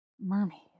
mermaids